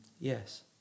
yes